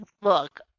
Look